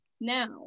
now